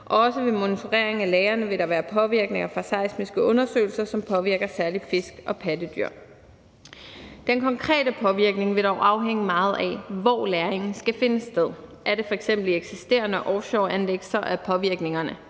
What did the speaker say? Også ved monitorering af lagrene vil der være påvirkninger fra seismiske undersøgelser, som særlig påvirker fisk og pattedyr. Kl. 16:56 Den konkrete påvirkning vil dog afhænge meget af, hvor lagringen skal finde sted. Er det f.eks. i eksisterende offshoreanlæg, er påvirkningen